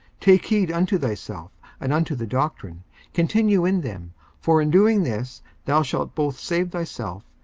take heed unto thyself, and unto the doctrine continue in them for in doing this thou shalt both save thyself,